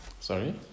sorry